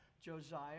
Josiah